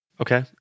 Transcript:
Okay